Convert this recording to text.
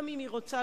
גם אם היא רוצה,